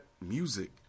music